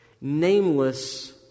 nameless